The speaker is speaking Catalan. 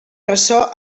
ressò